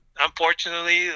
Unfortunately